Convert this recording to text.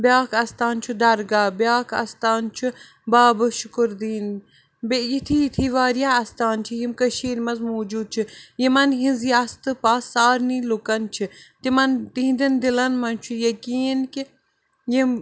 بیٛاکھ اَستان چھُ درگاہ بیٛاکھ اَستان چھُ بابا شُکُر الدیٖن بیٚیہِ یِتھی یِتھی واریاہ اَستان چھِ یِم کٔشیٖرِ منٛز موجوٗد چھِ یِمَن ہِنٛز یَژھ تہٕ پَژھ سارنی لُکَن چھِ تِمَن تِہِنٛدٮ۪ن دِلَن منٛز چھُ یقیٖن کہِ یِم